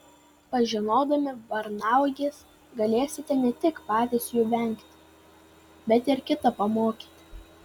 pažinodami varnauoges galėsite ne tik patys jų vengti bet ir kitą pamokyti